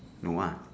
no ah